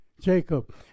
Jacob